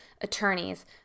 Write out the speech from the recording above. attorneys